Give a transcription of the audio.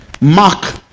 Mark